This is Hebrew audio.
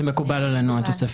התוספת מקובלת עלינו.